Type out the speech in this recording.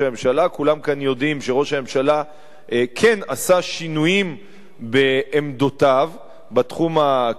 כולם כאן יודעים שראש הממשלה כן עשה שינויים בעמדותיו בתחום הכלכלי,